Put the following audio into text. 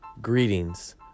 Greetings